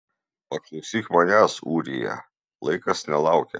paklausyk manęs ūrija laikas nelaukia